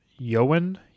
Joan